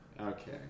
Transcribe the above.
Okay